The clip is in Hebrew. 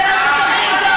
בארצות-הברית,